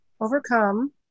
overcome